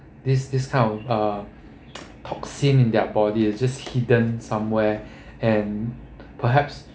this this kind of uh toxin in their body just hidden somewhere and perhaps